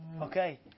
Okay